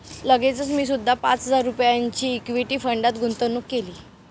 लगेचच मी सुद्धा पाच हजार रुपयांची इक्विटी फंडात गुंतवणूक केली